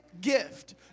gift